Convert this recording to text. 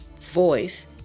voice